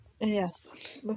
Yes